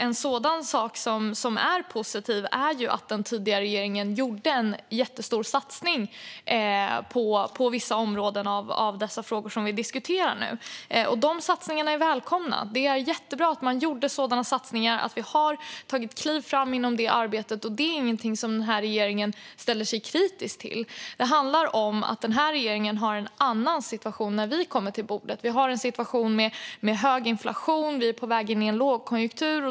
En sådan positiv sak är att den tidigare regeringen gjorde en jättestor satsning på vissa områden i de frågor som vi nu diskuterar. De satsningarna var välkomna. Det är jättebra att man gjorde sådana satsningar och att vi har tagit kliv framåt i det arbetet. Det är ingenting som den här regeringen ställer sig kritisk till. Vad det handlar om är att vi i denna regering har en annan situation när vi kommer till bordet. Vi har en situation med hög inflation, och vi är på väg in i en lågkonjunktur.